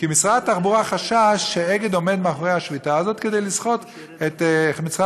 כי משרד התחבורה חשש שאגד עומד מאחורי השביתה הזאת כדי לסחוט את משרד